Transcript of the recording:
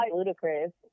ludicrous